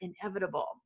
inevitable